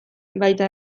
baita